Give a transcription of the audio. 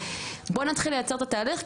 ובואו נתחיל לייצר את התהליך.